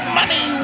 money